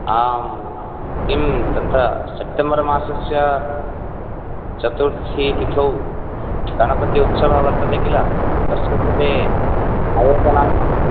आं किं तत्र सेप्टम्बर् मासस्य चतुर्थीतिथौ गणपति उत्सववर्तते किल तस्य कृते आयोजनार्थं